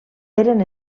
eren